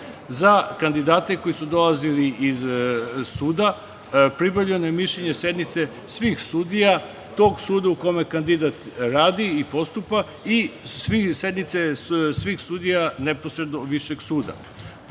Za kandidate koji su dolazili iz suda, pribavljeno je mišljenje sednice svih sudija tog suda u kome kandidat radi i postupa i sednice svih sudija neposredno višeg suda. Pored